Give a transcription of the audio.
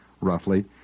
roughly